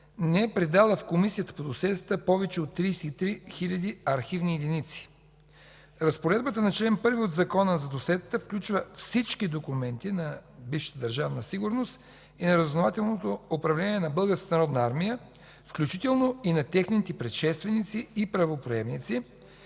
не е предала в Комисията по досиетата повече от 33 хиляди архивни единици. Разпоредбата на чл. 1 от Закона за досиетата включва всички документи на бившата Държавна сигурност и на Разузнавателното управление на Българската народна армия, включително и на техните предшественици и правоприемници,